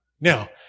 Now